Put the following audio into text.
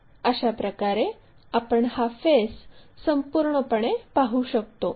अशाप्रकारे आपण हा फेस संपूर्णपणे पाहू शकतो